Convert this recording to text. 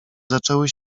zaczęły